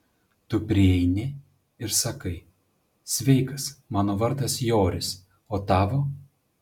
tu prieini ir sakai sveikas mano vardas joris o tavo